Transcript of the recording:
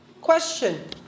Question